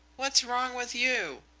what's wrong with you?